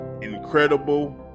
incredible